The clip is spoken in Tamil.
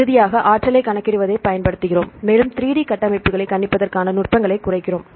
இறுதியாக ஆற்றலைக் கணக்கிடுவதைப் பயன்படுத்துகிறோம் மேலும் 3D கட்டமைப்புகளை கணிப்பதற்கான நுட்பங்களை குறைக்கிறோம்